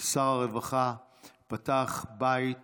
שר הרווחה פתח בית